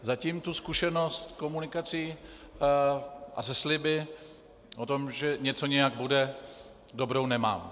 Zatím tu zkušenost s komunikací a se sliby o tom, že něco nějak bude, dobrou nemám.